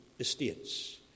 estates